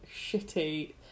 shitty